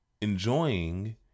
enjoying